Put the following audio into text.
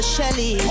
Shelly